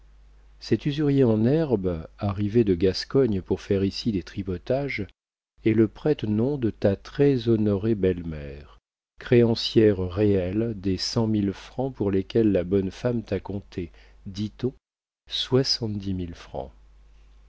cet usurier en herbe arrivé de gascogne pour faire ici des tripotages est le prête-nom de ta très honorée belle-mère créancière réelle des cent mille francs pour lesquels la bonne femme t'a compté dit-on